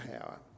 power